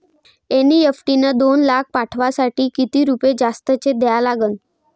NEFT न दोन लाख पाठवासाठी किती रुपये जास्तचे द्या लागन?